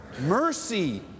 mercy